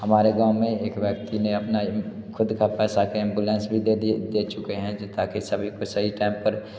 हमारे गाँव में एक व्यक्ति ने अपना ख़ुद के पैसे का एम्बुलेंस भी दे दिए दे चुके हैं कि ताकि सभी को सही टाइम पर